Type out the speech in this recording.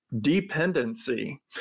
Dependency